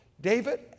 David